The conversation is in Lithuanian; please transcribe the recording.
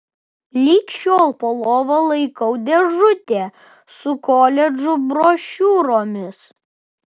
lig šiol po lova laikau dėžutę su koledžų brošiūromis